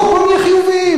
הפוך, בואו נהיה חיוביים.